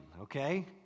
okay